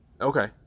Okay